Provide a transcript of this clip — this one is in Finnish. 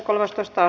asia